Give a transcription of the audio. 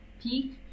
peak